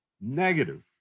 negative